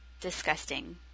disgusting